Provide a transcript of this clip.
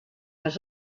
les